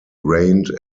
reigned